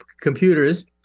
computers